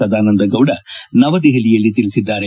ಸದಾನಂದ ಗೌಡ ನವದಹೆಲಿಯಲ್ಲಿ ತಿಳಿಸಿದ್ದಾರೆ